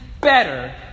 better